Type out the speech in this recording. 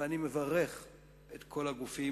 ואני מברך את כל הגופים,